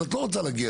אבל את לא רוצה להגיע.